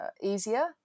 easier